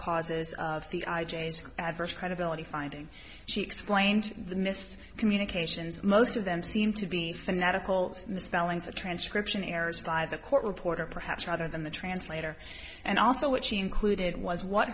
causes of the adverse credibility finding she explained the miss communications most of them seem to be fanatical misspellings the transcription errors by the court reporter perhaps rather than the translator and also what she included was what